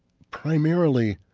primarily,